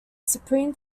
supreme